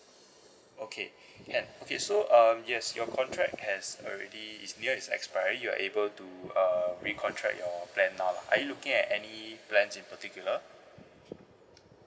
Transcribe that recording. okay can okay so um yes your contract has already it's near it's expiry you're able to uh re-contract your plan now lah are you looking at any plans in particular